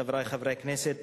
חברי חברי הכנסת,